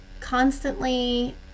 constantly